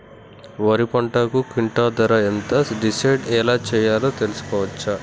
వరి పంటకు క్వింటా ధర ఎంత డిసైడ్ ఎలా చేశారు తెలుసుకోవచ్చా?